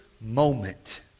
moment